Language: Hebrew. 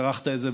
כרכת את זה,